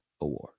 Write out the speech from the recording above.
Award